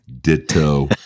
Ditto